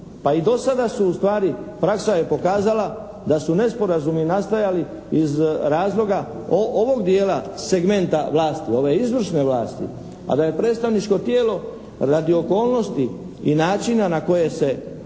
Pa i do sada su ustvari, praksa je pokazala da su nesporazumi nastajali iz razloga ovog dijela segmenta vlasti, ove izvršne vlasti. A da je predstavničko tijelo radi okolnosti i načina na koje se